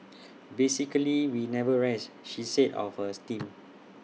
basically we never rest she said of hers team